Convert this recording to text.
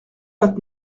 vingt